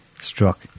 struck